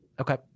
Okay